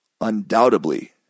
undoubtedly